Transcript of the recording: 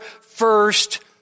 first